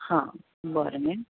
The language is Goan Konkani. हां बरें